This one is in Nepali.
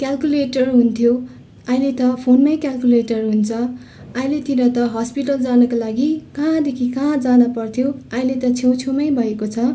क्यालकुलेटर हुन्थ्यो अहिले त फोनमै क्यालकुलेटर हुन्छ अहिलेतिर त हस्पिटल जानुको लागि कहाँदेखि कहाँ जान पर्थ्यो अहिले त छेउ छेउमै भएको छ